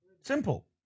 Simple